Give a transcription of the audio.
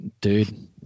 dude